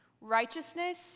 righteousness